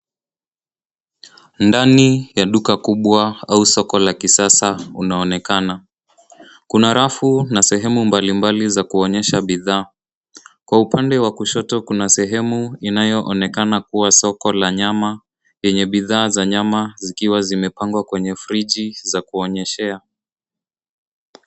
Ndani ya duka kubwa au soko la kisasa unaonekana. Kuna rafu na sehemu mbalimbali za kuonyesha bidhaa. Kwa upande wa kushoto kuna sehemu inayoonekana kuwa soko la nyama yenye bidhaa za nyama zikiwa zimepangwa kwenye fridgi za kuonyeshea.